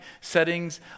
settings